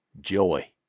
joy